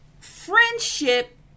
friendship